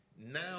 Now